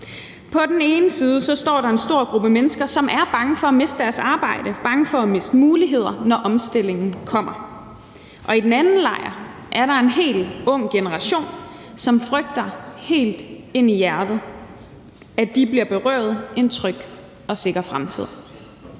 På den ene side står der en stor gruppe mennesker, som er bange for at miste deres arbejde, bange for at miste muligheder, når omstillingen kommer. Og i den anden lejr er der en helt ung generation, som frygter helt ind i hjertet, at de bliver berøvet en tryg og sikker fremtid.